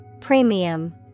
Premium